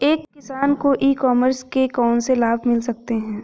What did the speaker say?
एक किसान को ई कॉमर्स के कौनसे लाभ मिल सकते हैं?